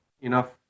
enough